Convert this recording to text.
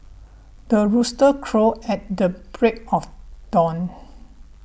the rooster crow at the break of dawn